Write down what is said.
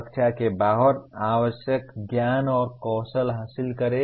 कक्षा के बाहर आवश्यक ज्ञान और कौशल हासिल करें